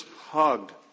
hugged